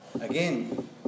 Again